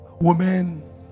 Women